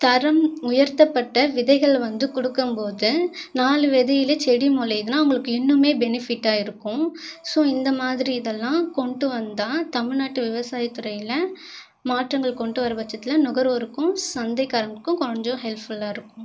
தரம் உயர்த்தப்பட்ட விதைகள் வந்து கொடுக்கும்போது நாலு விதையில்லு செடி முலையுதுன்னா அவங்களுக்கு இன்னுமே பெனிஃபிட்டாக இருக்கும் ஸோ இந்த மாதிரி இதெல்லாம் கொண்டு வந்தால் தமிழ்நாட்டு விவசாய துறையில் மாற்றங்கள் கொண்டு வரும் பட்சத்துலையும் நுகர்வோருக்கும் சந்தைக்காரர்களுக்கும் கொஞ்சம் ஹெல்ஃப்ஃபுல்லா இருக்கும்